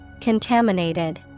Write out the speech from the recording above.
Contaminated